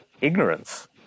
ignorance